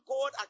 God